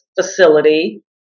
facility